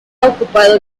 ocupado